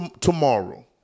Tomorrow